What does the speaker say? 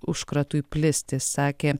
užkratui plisti sakė